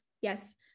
yes